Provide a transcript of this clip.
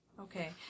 Okay